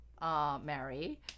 Mary